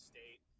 State